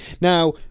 now